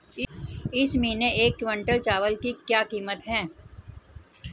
इस महीने एक क्विंटल चावल की क्या कीमत है?